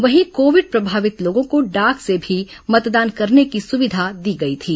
वहीं कोविड प्रभावित लोगों को डाक से भी मतदान करने की सुविधा दी गई थी